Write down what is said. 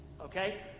Okay